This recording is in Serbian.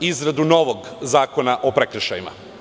izradu novog zakona o prekršajima.